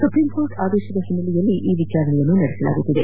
supreme court ಆದೇಶದ ಹಿನ್ನೆಲೆಯಲ್ಲಿ ಈ ವಿಚಾರಣೆಯನ್ನು ನಡೆಸಲಾಗುತ್ತಿದೆ